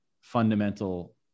fundamental